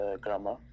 grammar